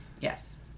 yes